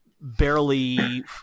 barely